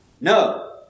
No